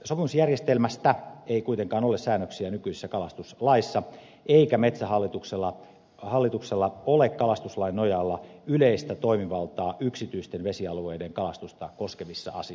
sopimusjärjestelmästä ei kuitenkaan ole säännöksiä nykyisessä kalastuslaissa eikä metsähallituksella ole kalastuslain nojalla yleistä toimivaltaa yksityisten vesialueiden kalastusta koskevissa asioissa